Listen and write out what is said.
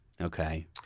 Okay